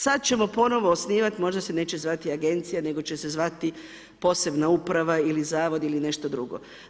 Sada ćemo ponovno osnivati, možda se neće zvati agencija nego će se zvati posebna uprava ili zavod ili nešto drugo.